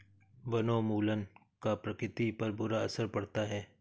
वनोन्मूलन का प्रकृति पर बुरा असर पड़ता है